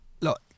look